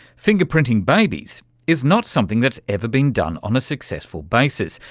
finger-printing babies is not something that's ever been done on a successful basis.